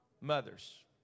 mothers